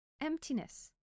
emptiness